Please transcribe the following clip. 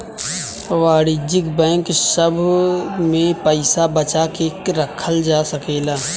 वाणिज्यिक बैंक सभ में पइसा बचा के रखल जा सकेला